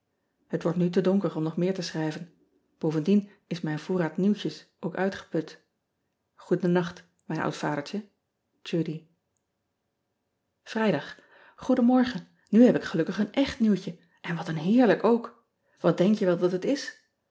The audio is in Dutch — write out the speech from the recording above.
et wordt nu te donker om nog meer te schrijven ovendien is mijn voorraad nieuwtjes ook uitgeput oeden nacht mijn oud vadertje udy rijdag oeden morgen nu heb ik gelukkig een echt nieuwtje en wat een heerlijk ook at denk je wel dat het is